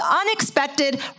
Unexpected